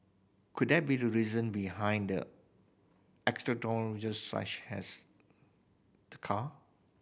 could that be the reason behind their extravagances such as the car